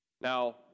Now